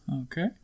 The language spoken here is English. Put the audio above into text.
okay